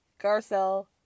Garcelle